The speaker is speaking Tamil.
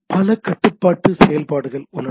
பல கட்டுப்பாட்டு செயல்பாடு உள்ளன